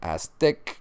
Aztec